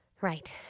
Right